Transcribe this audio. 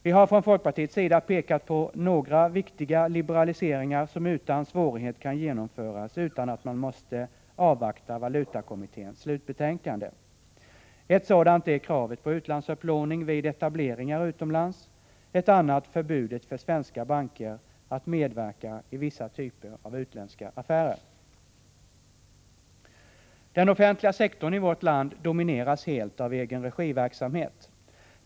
Vi har från folkpartiets sida pekat på några viktiga liberaliseringar som utan svårighet kan genomföras utan att man måste avvakta valutakommitténs slutbetänkande. Ett sådant är kravet på utlandsupplåning vid etableringar utomlands, ett annat förbudet för svenska banker att medverka i vissa typer av utländska affärer. Den offentliga sektorn i vårt land domineras helt av egenregiverksamhet.